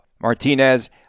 Martinez